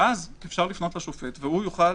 ואז יכול לפנות לשופט והוא יוכל